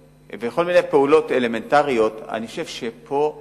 וכל מיני פעולות אלמנטריות, אני חושב שפה ההורים,